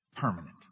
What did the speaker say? permanent